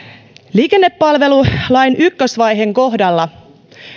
liikennepalvelulain ykkösvaiheen kohdalla